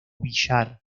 villar